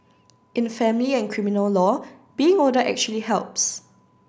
in family and criminal law being older actually helps